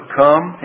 come